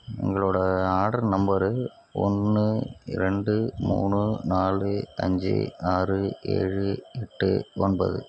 எங்களோடய order number ஒன்று இரண்டு மூணு நாலு அஞ்சு ஆறு ஏழு எட்டு ஒன்பது